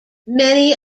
many